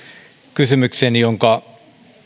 kysymykseeni jonka